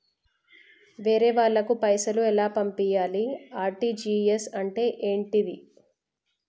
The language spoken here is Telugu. వేరే వాళ్ళకు పైసలు ఎలా పంపియ్యాలి? ఆర్.టి.జి.ఎస్ అంటే ఏంటిది?